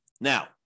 Now